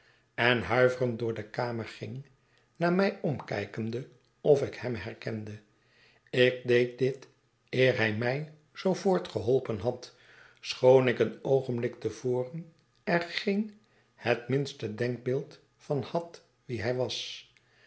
en huiverend door de kamer ging naar mij omkijkende of ik hem herkende ik deed dit eer hij mij zoo voortgeholpen had schoon ik een oogenblik te voren er geen het minste denkbeeld van had wie hij was